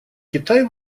китай